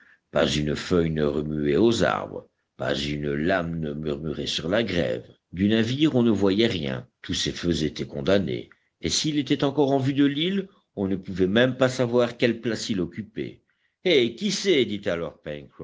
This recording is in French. pas une feuille ne remuait aux arbres pas une lame ne murmurait sur la grève du navire on ne voyait rien tous ses feux étaient condamnés et s'il était encore en vue de l'île on ne pouvait même pas savoir quelle place il occupait eh qui sait dit alors